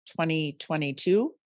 2022